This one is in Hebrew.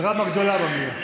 דרמה גדולה במליאה.